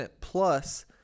plus